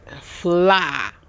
Fly